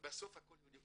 ובסוף הכל זה היהודים.